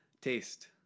taste